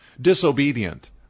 disobedient